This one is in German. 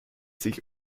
sich